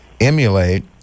emulate